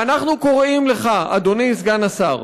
ואנחנו קוראים לך, אדוני סגן השר,